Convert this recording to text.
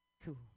Cool